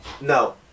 No